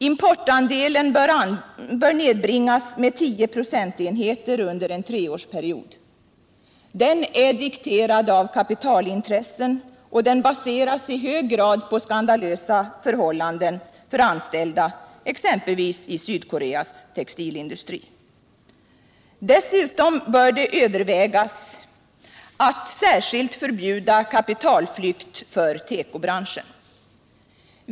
Importandelen bör nedbringas med tio procentenheter under en treårsperiod — importen är dikterad av kapitalintressen och baseras i hög grad på skandalösa förhållanden för anställda, exempelvis i Sydkoreas textilindustri. Dessutom bör det övervägas att särskilt förbjuda kapitalflykt för tekobranschen.